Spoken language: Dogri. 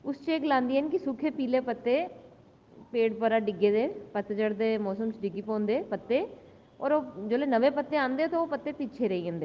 उस च गलांदियां न की सूखे पीले पत्ते ते उप्परा डिग्गे दे ते पतझड़ दे मौसम च गिग्गी पौंदे पत्ते ते ओह् जेल्लै नमें पतें आंदे ते ओह् पिच्छें रेही जंदे